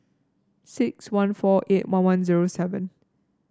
six one four eight one one zero seven